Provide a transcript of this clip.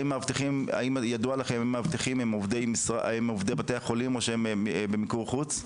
האם ידוע לכם אם מאבטחים הם עובדי בתי החולים או שהם במיקור חוץ?